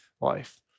life